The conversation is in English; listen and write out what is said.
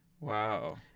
Wow